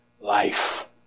Life